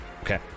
Okay